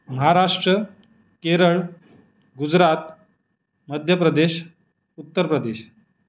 Maharashtra Kerala Gujarat Madhya Pradesh Uttar Pradesh